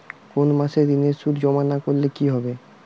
কোনো মাসে ঋণের সুদ জমা না করলে কি হবে?